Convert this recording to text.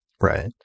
Right